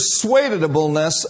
persuadableness